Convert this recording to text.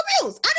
abuse